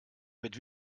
mit